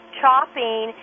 chopping